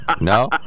No